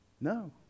No